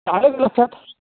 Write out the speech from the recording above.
चालेल लक्षात